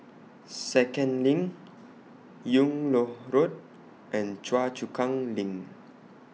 Second LINK Yung Loh Road and Choa Chu Kang LINK